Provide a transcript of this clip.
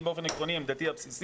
אני באופן עקרוני, עמדתי הבסיסית